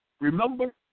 Remember